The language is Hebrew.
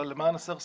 אבל למען הסר ספק,